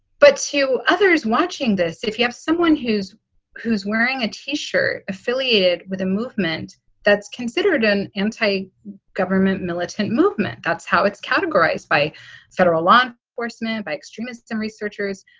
but to others watching this, if you have someone who's who's wearing a t-shirt affiliated with a movement that's considered an anti government militant movement, that's how it's categorized by federal loan horsman by extremists and researchers.